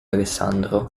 alessandro